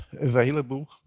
available